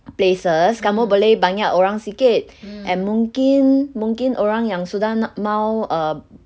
places kamu boleh banyak orang sikit and mungkin mungkin orang yang sudah nak mahu err